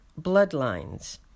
bloodlines